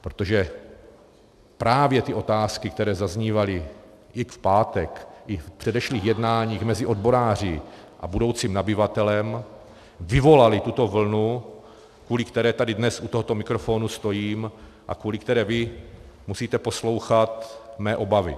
Protože právě otázky, které zaznívaly i v pátek, i v předešlých jednáních mezi odboráři a budoucím nabyvatelem, vyvolaly tuto vlnu, kvůli které tady dnes u tohoto mikrofonu stojím a kvůli které vy musíte poslouchat mé obavy.